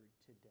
today